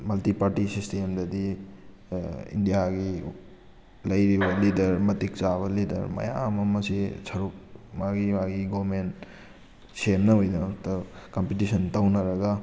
multi party ꯁꯤꯁꯇꯦꯝꯗꯗꯤ ꯏꯟꯗꯤꯌꯥꯒꯤ ꯂꯩꯔꯤꯕ ꯂꯤꯗꯔ ꯃꯇꯤꯛ ꯆꯥꯕ ꯂꯤꯗꯔ ꯃꯌꯥꯝ ꯑꯃꯁꯤ ꯁꯔꯨꯛ ꯃꯥꯒꯤ ꯃꯥꯒꯤ ꯒꯣꯔꯃꯦꯟ ꯁꯦꯝꯅꯕꯒꯤꯗꯃꯛꯇ ꯀꯝꯄꯤꯇꯤꯁꯟ ꯇꯧꯅꯔꯒ